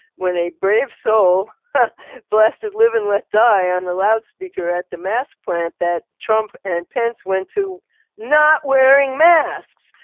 when a brave soul blasted live and let die on the loudspeaker at the mask plant that trump and pence went to not wearing masks.